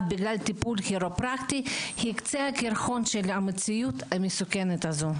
בגלל טיפול כירופרקטי היא קצה הקרחון של המציאות המסוכנת הזו.